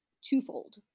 twofold